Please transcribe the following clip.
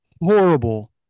horrible